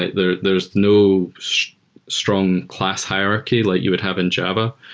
there's there's no strong class hierarchy like you would have in java.